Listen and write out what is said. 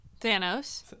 Thanos